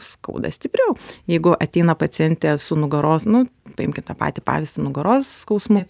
skauda stipriau jeigu ateina pacientė su nugaros nu paimkit tą patį pavyzdį nugaros skausmu